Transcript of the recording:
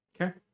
Okay